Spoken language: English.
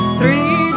three